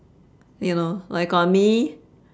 you know like on me